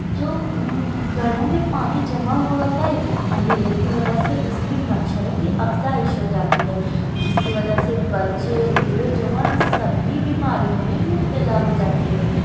جو گڈھوں میں پانی جمع ہوا ہوتا ہے اندھیرے کی وجہ سے اس میں مچھروں کی افزائش ہو جاتی ہے جس کی وجہ سے بچے بوڑھے جوان سب ہی بیماریوں میں مبتلا ہو جاتے ہیں